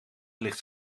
ligt